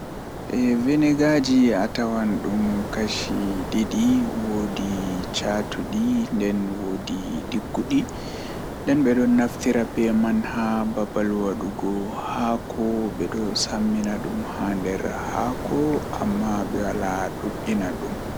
Fijirde jei mi waawata kanjum on jei ɓe wiyata ɗum voli boll Miɗo waɗi ɗum ko tennis, ngona miɗo waɗi kooɗe e lammuɗi ngal. Mi faamaade njamdi ko faamugol, ngona mi waawataa waawugol jogguɗe ko lumuɗi ngal. Ko waɗi yowitere mi faamaade ɓurɗo loowe ngam ngona.